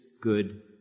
good